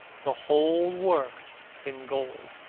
the whole worked in gold.